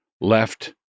left